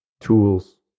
tools